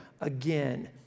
again